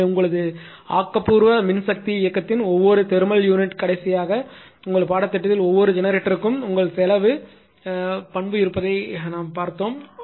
எனவே உங்களது ஆக்க பூர்வ மின்சக்தி இயக்கத்தின் ஒவ்வொரு தெர்மல் யூனிட் கடைசியாக உங்கள் பாடத்திட்டத்தில் ஒவ்வொரு ஜெனரேட்டருக்கும் உங்கள் செலவு பண்பு இருப்பதைக் கண்டோம்